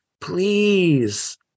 please